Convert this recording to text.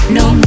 no